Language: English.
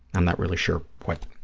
i'm not really sure what,